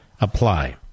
apply